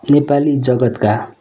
Nepali जगत्का